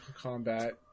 combat